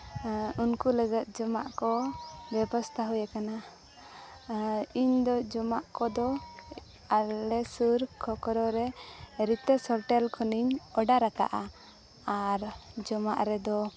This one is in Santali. ᱩᱱᱠᱩ ᱞᱟᱹᱜᱤᱫ ᱡᱚᱢᱟᱜ ᱠᱚ ᱵᱮᱵᱚᱥᱛᱟ ᱦᱩᱭ ᱟᱠᱟᱱᱟ ᱟᱨ ᱤᱧ ᱫᱚ ᱡᱚᱢᱟᱜ ᱠᱚᱫᱚ ᱟᱞᱮ ᱥᱩᱨ ᱠᱷᱚᱠᱨᱚ ᱨᱮ ᱨᱤᱛᱟᱹᱥ ᱦᱳᱴᱮᱞ ᱠᱷᱚᱱᱤᱧ ᱚᱰᱟᱨᱟᱠᱟᱫᱼᱟ ᱟᱨ ᱡᱚᱢᱟᱜ ᱨᱮᱫᱚ